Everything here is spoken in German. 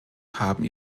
haben